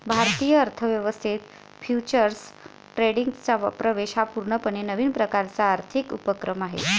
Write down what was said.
भारतीय अर्थ व्यवस्थेत फ्युचर्स ट्रेडिंगचा प्रवेश हा पूर्णपणे नवीन प्रकारचा आर्थिक उपक्रम आहे